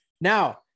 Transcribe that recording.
Now